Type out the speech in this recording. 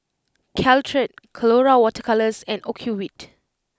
Caltrate Colora Water Colours and Ocuvite